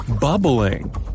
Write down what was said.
bubbling